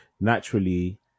naturally